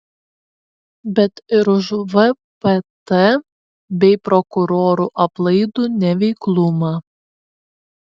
bet ir už vpt bei prokurorų aplaidų neveiklumą